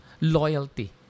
loyalty